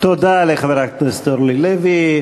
תודה לחברת הכנסת אורלי לוי.